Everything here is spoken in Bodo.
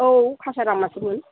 औ खासा लामासो मोन